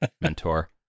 mentor